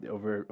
Over